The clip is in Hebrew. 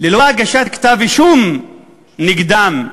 ללא הגשת כתב-אישום נגדם,